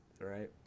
Right